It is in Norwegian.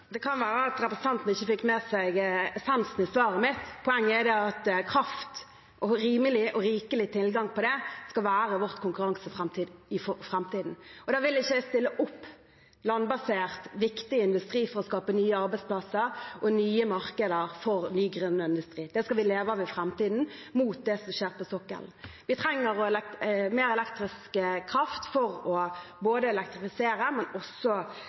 Det kan være at representanten ikke fikk med seg essensen i svaret mitt. Poenget er at rimelig og rikelig tilgang på kraft skal være vårt konkurransefortrinn for framtiden. Da vil ikke jeg sette opp landbasert viktig industri for å skape nye arbeidsplasser og nye markeder for ny grønn industri, som vi skal leve av i framtiden, mot det som skjer på sokkelen. Vi trenger mer elektrisk kraft både for å elektrifisere